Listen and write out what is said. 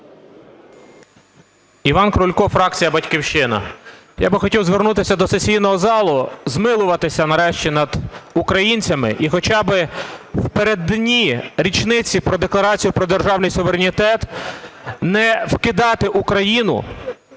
Іван Крулько, фракція "Батьківщина". Я би хотів звернутися до сесійного залу змилуватися нарешті над українцями і хоча би в переддень річниці Декларації про державний суверенітет не вкидати Україну